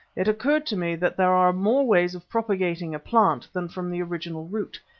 it occurred to me that there are more ways of propagating a plant than from the original root,